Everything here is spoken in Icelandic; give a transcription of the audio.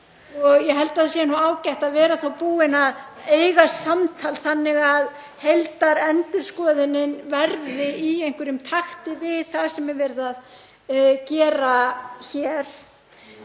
Ég held að þá sé ágætt að vera búin að eiga samtal þannig að heildarendurskoðunin verði í einhverjum takti við það sem verið er að gera hér.